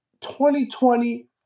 2020